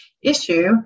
issue